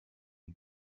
und